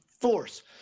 force